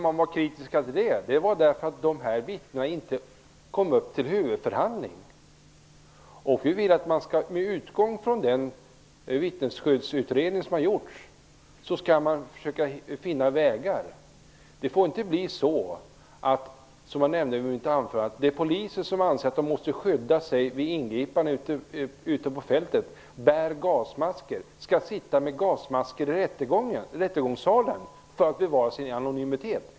Man var kritisk mot att vittnena inte kom till huvudförhandlingen. Med utgångspunkt från den vittnesskyddsutredning som har gjorts, vill vi att man skall försöka finna vägar. Det får inte bli så, som jag sade i mitt anförande, att de poliser som anser att de måste skydda sig med gasmask vid ingripanden ute på fältet skall sitta med gasmask i rättegångssalen för att bevara sin anonymitet.